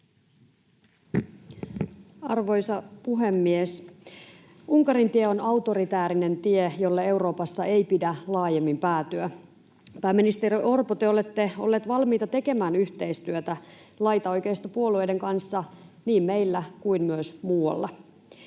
Arvoisa puhemies! Unkarin tie on autoritäärinen tie, jolle Euroopassa ei pidä laajemmin päätyä. Pääministeri Orpo, te olette olleet valmiita tekemään yhteistyötä laitaoikeistopuolueiden kanssa niin meillä kuin myös muualla.